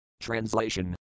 Translation